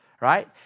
right